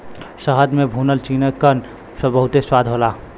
शहद में भुनल चिकन बहुते स्वाद होला